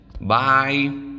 Bye